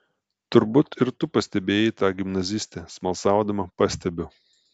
turbūt ir tu pastebėjai tą gimnazistę smalsaudama pastebiu